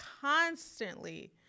constantly